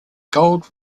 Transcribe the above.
gold